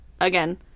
again